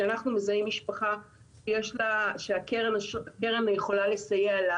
כשאנחנו מזהים משפחה שהקרן יכולה לסייע לה,